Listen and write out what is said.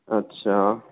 अच्छा